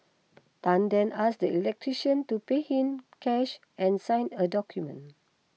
Tan then asked the electrician to pay in cash and sign a document